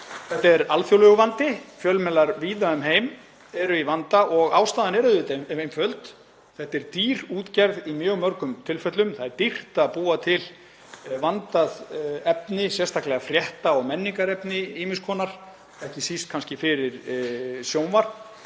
Þetta er alþjóðlegur vandi. Fjölmiðlar víða um heim eru í vanda. Ástæðan er auðvitað einföld. Þetta er dýr útgerð í mjög mörgum tilfellum, það er dýrt að búa til vandað efni, sérstaklega frétta- og menningarefni ýmiss konar, ekki síst kannski fyrir sjónvarp,